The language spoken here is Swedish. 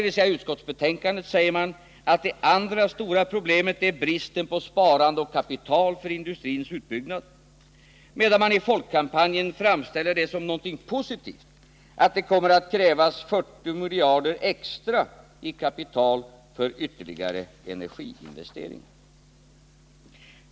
I utskottsbetänkandet säger man vidare att det andra stora problemet är bristen på sparande och kapital för industrins utbyggnad — medan man i folkkampanjen framställer det som något positivt att det kommer att krävas 40 miljarder extra i kapital för ytterligare energiinvesteringar.